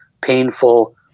painful